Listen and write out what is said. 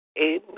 Amen